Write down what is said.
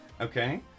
okay